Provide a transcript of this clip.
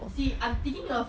see I'm thinking of